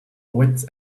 wits